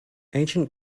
ancient